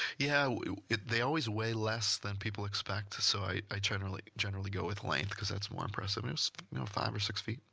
yeah. they always weigh less than people expect. so i i generally generally go with length because that's more impressive. it was five or six feet.